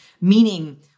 meaning